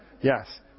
yes